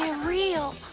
real.